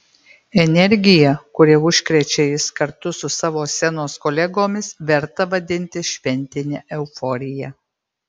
energija kuria užkrečia jis kartu su savo scenos kolegomis verta vadintis šventine euforija